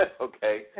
Okay